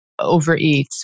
overeats